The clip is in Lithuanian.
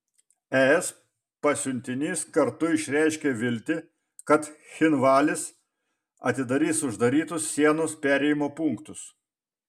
es pasiuntinys kartu išreiškė viltį kad cchinvalis atidarys uždarytus sienos perėjimo punktus